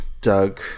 Doug